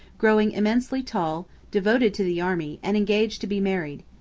growing immensely tall, devoted to the army, and engaged to be married.